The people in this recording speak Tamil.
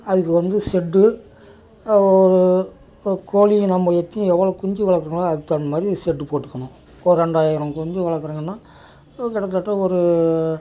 அதுக்கு வந்து ஷெட்டு ஒரு ஒரு கோழிக்கு நம்ம எத்தினி எவ்வளோ குஞ்சு வளர்க்குறோமோ அதுக்கு தகுந்த மாதிரி ஷெட்டு போட்டுக்கணும் ஒரு ரெண்டாயிரம் குஞ்சு வளர்க்குறோங்கனா ஒரு கிட்டத்தட்ட ஒரு